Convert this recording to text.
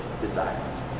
desires